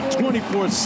24